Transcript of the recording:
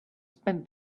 spent